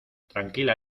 tranquila